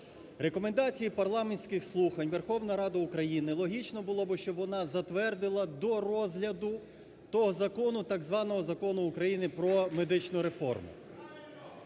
Рекомендації парламентських слухань Верховна Рада України логічно було би, щоб вона затвердила до розгляду до закону, до так званого закону України про медичну реформу.